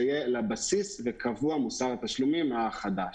זה יהיה לבסיס וקבוע מוסר התשלומים החדש.